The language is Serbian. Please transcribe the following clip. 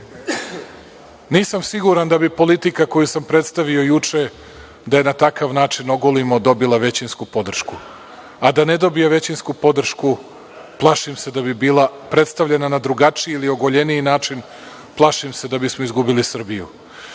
nisam siguran da bi politika koju sam predstavio juče, da je na takav način ogolimo dobila većinsku podršku, a da ne dobije većinsku podršku plašim se da bi bila predstavljena na drugačiji ili ogoljeniji način, plašim se da bi izgubili Srbiju. Sa